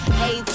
hey